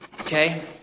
Okay